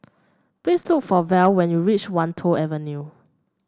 please look for Val when you reach Wan Tho Avenue